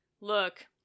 Look